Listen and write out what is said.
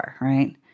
Right